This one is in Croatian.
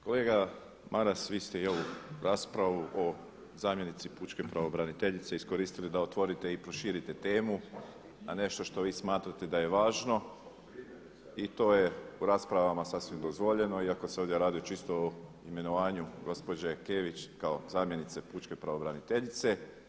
Kolega Maras, vi ste i ovu raspravu o zamjenici pučke pravobraniteljice iskoristili da otvorite i proširite temu na nešto što vi smatrate da je važno i to je u raspravama sasvim dozvoljeno, iako se ovdje radi čisto o imenovanju gospođe Kević kao zamjenice pučke pravobraniteljice.